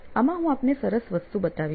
આમાં હું આપને સરસ વસ્તુ બનાવીશ